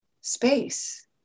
space